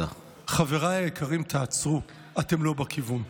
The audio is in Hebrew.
חבריי היקרים, תעצרו, אתם לא בכיוון.